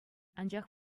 анчах